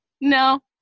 No